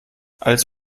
als